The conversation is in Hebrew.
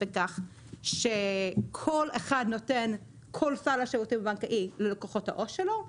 בכך שכל אחד נותן כל סל השירותים הבנקאי ללקוחות העו"ש שלו.